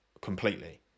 completely